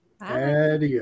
adios